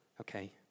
Okay